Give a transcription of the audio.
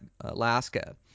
Alaska